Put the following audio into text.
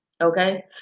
okay